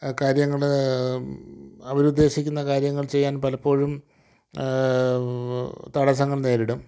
കാര്യങ്ങൾ അവർ ഉദ്ദേശിക്കുന്ന കാര്യങ്ങൾ ചെയ്യാൻ പലപ്പോഴും തടസ്സങ്ങൾ നേരിടും